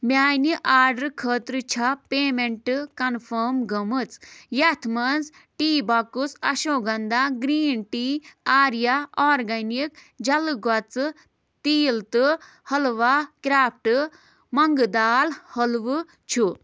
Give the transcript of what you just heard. میٛانہِ آرڈرٕ خٲطرٕ چھےٚ پیمٮ۪نٛٹ کنفٲم گٔمٕژ یَتھ منٛز tea box ashwagandha green tea Arya organic جلہٕ گۄژٕ تیٖل تہٕ حٔلوہ کرٛافٹ مۄنٛگہٕ دال حٔلوٕ چھُ